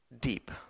deep